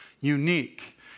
unique